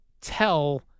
tell